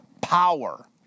power